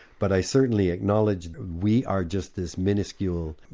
but i certainly acknowledge we are just this miniscule,